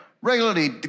regularly